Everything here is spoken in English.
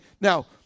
Now